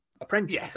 Apprentice